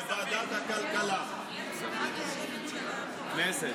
כספים,